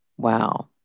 Wow